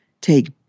take